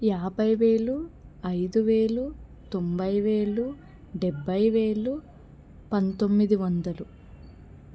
యాభైవేలు ఐదువేలు తొంభైవేలు డెబ్భైవేలు పంతొమ్మిది వందలు